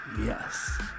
yes